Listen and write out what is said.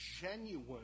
genuine